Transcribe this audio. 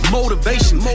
Motivation